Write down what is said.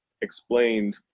explained